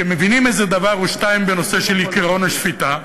שמבינים איזה דבר או שניים בנושא של עקרון השפיטה,